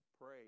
pray